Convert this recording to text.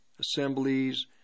assemblies